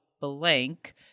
blank